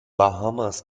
bahamas